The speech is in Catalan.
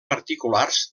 particulars